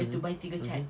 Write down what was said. mmhmm mmhmm